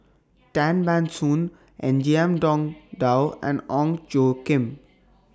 Tan Ban Soon Ngiam Tong Dow and Ong Tjoe Kim